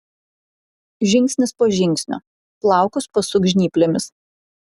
žingsnis po žingsnio plaukus pasuk žnyplėmis